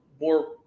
more